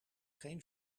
geen